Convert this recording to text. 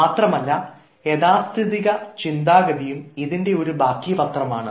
മാത്രമല്ല യാഥാസ്ഥിതിക ചിന്താഗതിയും ഇതിൻറെ ഒരു ബാക്കിപത്രമാണ്